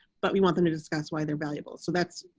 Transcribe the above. but we want them to discuss why they're valuable. so that's,